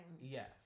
Yes